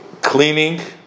cleaning